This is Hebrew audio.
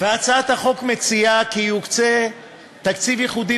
הצעת החוק מציעה כי יוקצה תקציב ייחודי